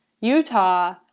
Utah